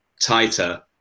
tighter